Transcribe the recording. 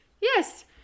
Yes